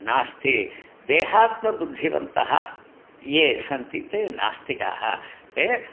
नास्ति देहात्मबुद्धिवन्तः ये सन्ति ते नास्तिकाः ते